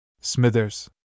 Smithers